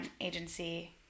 agency